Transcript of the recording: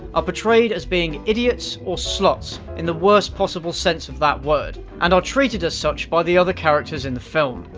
portrayed as being idiots or sluts, in the worst possible sense of that word, and are treated as such by the other characters in the film.